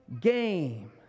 game